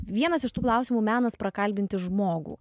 vienas iš tų klausimų menas prakalbinti žmogų